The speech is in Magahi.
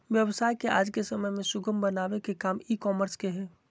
व्यवसाय के आज के समय में सुगम बनावे के काम ई कॉमर्स के हय